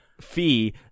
fee